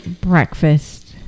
breakfast